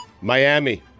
Miami